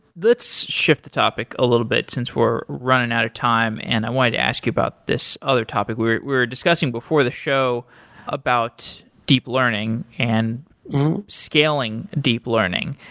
let's shift topic a little bit since we're running out of time, and i wanted to ask you about this other topic. we're we're discussing before the show about deep learning and scaling deep learning,